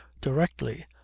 directly